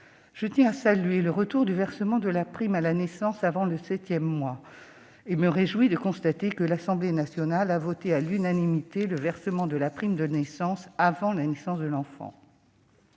Je tiens à saluer le retour du versement de la prime à la naissance avant le septième mois et me réjouis de constater que l'Assemblée nationale a voté à l'unanimité le versement de la prime de naissance avant la naissance de l'enfant.